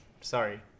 Sorry